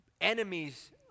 enemies